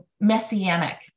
messianic